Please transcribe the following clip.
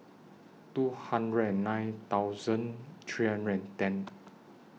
two hundred nine thousand three hundred and ten